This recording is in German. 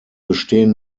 bestehen